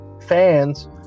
fans